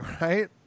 right